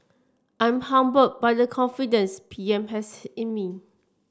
I'm humbled by the confidence P M has in me